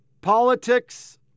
Politics